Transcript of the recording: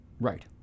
right